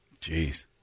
Jeez